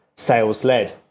sales-led